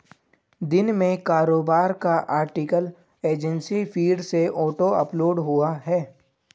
दिन में कारोबार का आर्टिकल एजेंसी फीड से ऑटो अपलोड हुआ है